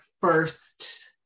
first